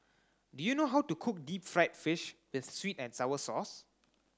do you know how to cook deep fried fish with sweet and sour sauce